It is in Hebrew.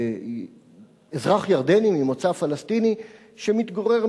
אזרח ירדני ממוצא פלסטיני שמתגורר,